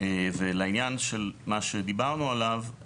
ולעניין של מה שדיברנו עליו.